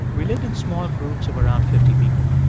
we lived in small groups of around fifty people.